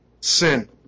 sin